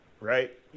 right